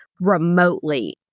remotely